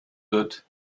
wird